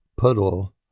Puddle